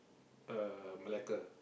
uh Malacca